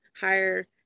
higher